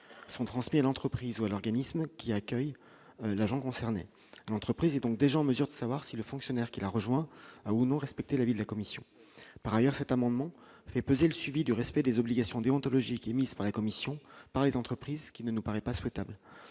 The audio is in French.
sont transmis à l'entreprise ou à l'organisme qui a accueilli l'agent concerné, l'entreprise est donc déjà en mesure de savoir si le fonctionnaire qui a rejoint ou non respecter l'avis de la commission, par ailleurs, cet amendement déposé le suivi du respect des obligations déontologiques émise par la commission par les entreprises qui ne nous paraît pas souhaitables